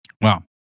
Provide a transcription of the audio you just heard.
Wow